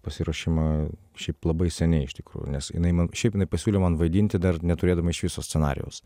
pasiruošimą šiaip labai seniai iš tikrųjų nes jinai man šiaip jinai pasiūlė man vaidinti dar neturėdama iš viso scenarijaus